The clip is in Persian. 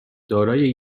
دارای